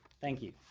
thank you.